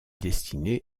destinée